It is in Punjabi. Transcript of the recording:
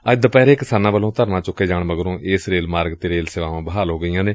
ਅੱਜ ਦੁਪਹਿਰੇ ਕਿਸਾਨਾਂ ਵੱਲੋਂ ਧਰਨਾ ਚੁੱਕੇ ਜਾਣ ਮਗਰੋਂ ਇਸ ਰੇਲ ਮਾਰਗ ਤੇ ਰੇਲ ਸੇਵਾਵਾਂ ਬਹਾਲ ਹੋ ਗਈਆਂ ਨੇ